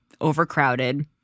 overcrowded